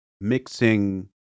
mixing